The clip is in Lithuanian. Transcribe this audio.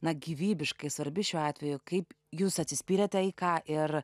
na gyvybiškai svarbi šiuo atveju kaip jūs atsispyrėte į ką ir